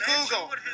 Google